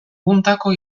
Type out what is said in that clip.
puntako